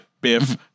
Biff